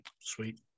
Sweet